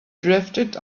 drifted